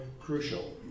crucial